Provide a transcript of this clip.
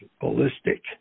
ballistic